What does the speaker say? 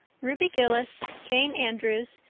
ruby gillis, jane andrews,